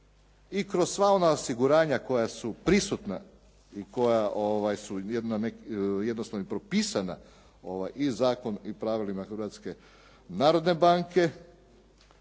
i kroz sva ona osiguranja koja su prisutna i koja su jednostavno i propisana i zakonom i pravilima Hrvatske narodne banke,